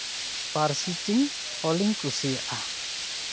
ᱯᱟᱹᱨᱥᱤ ᱛᱤᱧ ᱚᱞᱤᱧ ᱠᱩᱥᱤᱭᱟᱜᱼᱟ